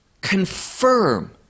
confirm